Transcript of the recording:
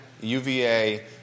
UVA